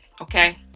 okay